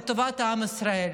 לטובת עם ישראל.